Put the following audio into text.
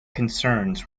concerns